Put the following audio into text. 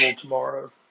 tomorrow